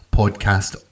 podcast